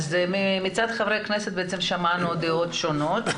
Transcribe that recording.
אז מצד חברי הכנסת שמענו דעות שונות,